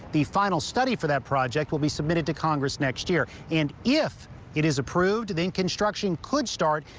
the final study for that project will be submitted to congress next year and if it is approved the construction could start.